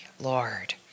Lord